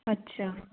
ਅੱਛਾ